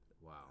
Wow